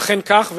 אכן כך.